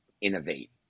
innovate